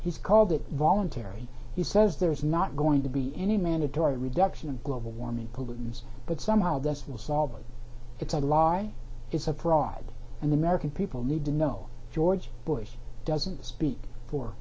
he's called it voluntary he says there is not going to be any mandatory reduction in global warming pollutants but somehow that will solve it it's not a lie it's a pride and the american people need to know george bush doesn't speak for